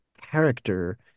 character